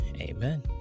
Amen